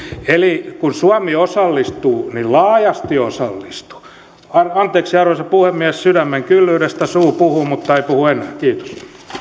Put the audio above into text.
eli kun suomi osallistuu niin laajasti osallistuu anteeksi arvoisa puhemies sydämen kyllyydestä suu puhuu mutta ei puhu enää kiitos